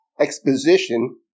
exposition